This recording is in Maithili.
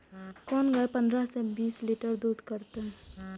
कोन गाय पंद्रह से बीस लीटर दूध करते?